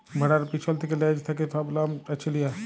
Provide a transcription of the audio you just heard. ভেড়ার পিছল থ্যাকে লেজ থ্যাকে ছব লম চাঁছে লিয়া